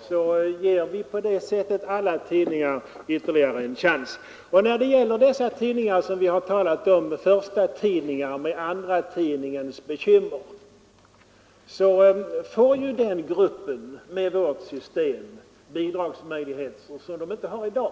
så ger vi på det sättet alla tidningar ytterligare en chans. När det gäller de tidningar som vi har talat om — förstatidningar med andratidningens svårigheter — får ju den gruppen tidningar med vårt system bidragsmöjligheter som de inte har i dag.